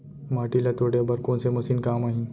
माटी ल तोड़े बर कोन से मशीन काम आही?